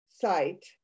site